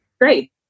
great